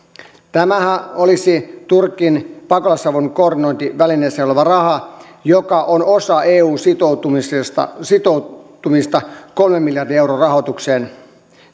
tämähän olisi turkin pakolaisavun koordinointivälineeseen oleva raha joka on osa eun sitoutumista sitoutumista kolmen miljardin euron rahoitukseen